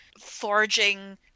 forging